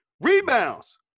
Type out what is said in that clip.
Rebounds